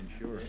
sure